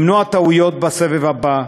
למנוע טעויות בסבב הבא,